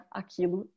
aquilo